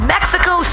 Mexico